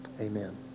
Amen